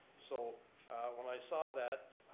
so when i saw that,